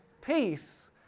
peace